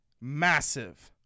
Massive